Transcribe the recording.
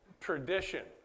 tradition